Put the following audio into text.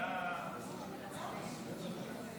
איפה מציע החוק?